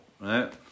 right